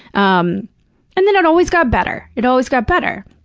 um and then it always got better. it always got better.